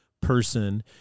person